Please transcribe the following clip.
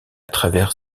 travers